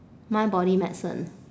mind body medicine